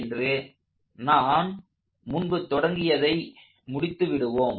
என்று நாம் முன்பு தொடங்கியதை முடித்து விடுவோம்